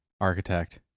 architect